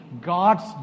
God's